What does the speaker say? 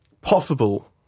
possible